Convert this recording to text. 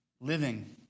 living